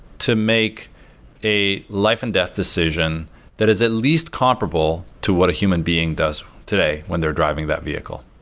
to make a life-and-death decision that is at least comparable to what a human being does today when they're driving that vehicle,